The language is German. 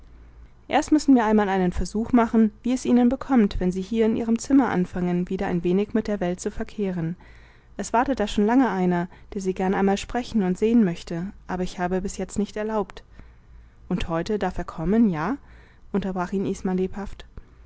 erst müssen wir einmal einen versuch machen wie es ihnen bekommt wenn sie hier in ihrem zimmer anfangen wieder ein wenig mit der welt zu verkehren es wartet da schon lange einer der sie gern einmal sprechen und sehen möchte aber ich habe bis jetzt nicht erlaubt und heute darf er kommen ja unterbrach ihn isma lebhaft